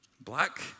black